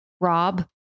Rob